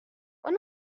when